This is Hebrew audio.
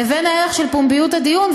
לבין הערך של פומביות הדיון,